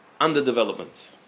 underdevelopment